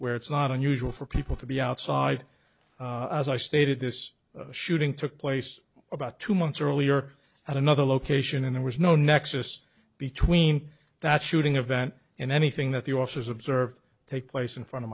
where it's not unusual for people to be outside as i stated this shooting took place about two months earlier at another location and there was no nexus between that shooting event and anything that the officers observed take place in front of